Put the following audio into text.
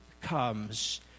comes